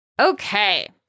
Okay